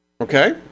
Okay